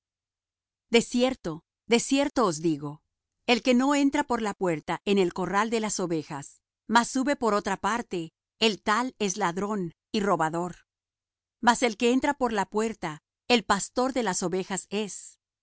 de cierto os digo el que no entra por la puerta en el corral de las ovejas mas sube por otra parte el tal es ladrón y robador mas el que entra por la puerta el pastor de las ovejas es